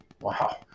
Wow